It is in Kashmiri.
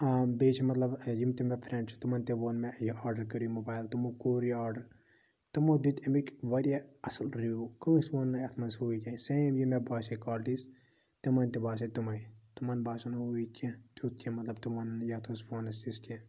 بیٚیہِ چھُ مَطلَب یِم تہِ مےٚ فرینٛڈ چھِ تِمن تہِ ووٚن مےٚ یہِ آرڈَر کٔرِو موبایل تِمو کوٚر یہِ آرڈر تِمو دِتۍ اَمِکۍ واریاہ اصٕل رِوِو کٲنٛسہِ ووٚن نہٕ اتھ مَنٛز ہوٗ یہِ کیٚنٛہہ سیم یہِ مےٚ باسیٚے کالٹیٖز تِمَن تہِ باسے تِمےَ تِمن باسیٚو نہٕ ہوٗ یہِ کیٚنٛہہ تیُتھ کیٚنٛہہ مَطلَب ونُن یتھ اوس فونَس یُس کیٚنٛہہ